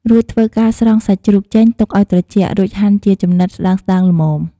រួចធ្វើការស្រង់សាច់ជ្រូកចេញ ទុកឲ្យត្រជាក់ រួចហាន់ជាចំណិតស្តើងៗល្មម។